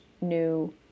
New